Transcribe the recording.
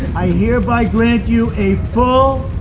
i hereby grant you a full